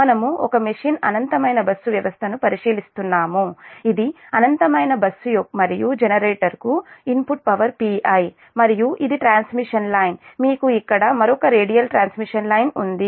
మనము ఒక మెషిన్ అనంతమైన బస్సు వ్యవస్థను పరిశీలిస్తున్నాము ఇది అనంతమైన బస్సు మరియు జనరేటర్ కు ఇన్పుట్ పవర్ Pi మరియు ఇది ఒక ట్రాన్స్మిషన్ లైన్ మీకు ఇక్కడ మరొక రేడియల్ ట్రాన్స్మిషన్ లైన్ ఉంది